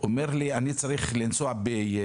והוא אומר לי שהוא צריך לנסוע ביולי